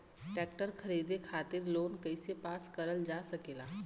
Tractor खरीदे खातीर loan कइसे पास करल जा सकेला?